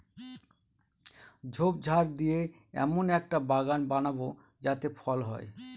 ঝোপঝাড় দিয়ে এমন একটা বাগান বানাবো যাতে ফল হয়